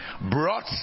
brought